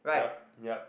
yup yup